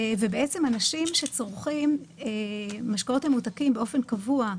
אנשים שצורכים משקאות ממותקים באופן קבוע,